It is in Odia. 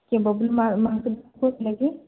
କିଏ ବବୁଲ ମ ମହାକୁଡ଼ କହୁଥିଲେ କି